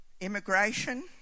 immigration